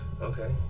Okay